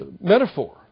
metaphor